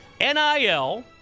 NIL